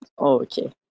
Okay